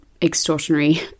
extraordinary